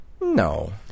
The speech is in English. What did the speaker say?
No